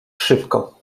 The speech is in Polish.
szybko